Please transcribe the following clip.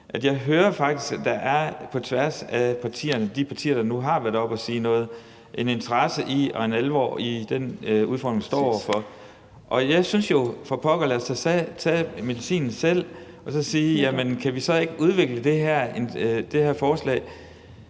jeg hører faktisk, at der på tværs af partierne, altså de partier, der nu har været oppe at sige noget, er en interesse og en alvor i forhold til den udfordring, vi står over for. Jeg synes jo, at vi da for pokker skal tage medicinen selv og sige: Kan vi så ikke udvikle det her forslag